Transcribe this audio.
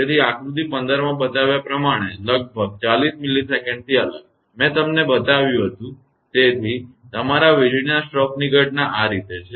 તેથી આકૃતિ 15 માં બતાવ્યા પ્રમાણે લગભગ 40 millisecondમિલિસેકંડથી અલગ મેં તમને બતાવ્યું હતું તેથી તમારા વીજળીના સ્ટ્રોકની ઘટના આ રીતે છે